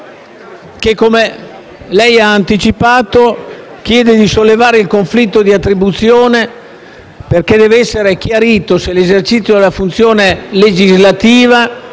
che, come lei ha anticipato, chiede di sollevare il conflitto di attribuzione tra poteri dello Stato, perché deve essere chiarito se l'esercizio della funzione legislativa